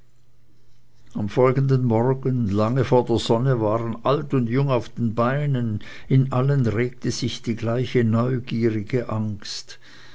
am folgenden morgen lange vor der sonne waren alt und jung auf den beinen in allen regte sich die gleiche neugierige angst